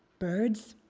birds?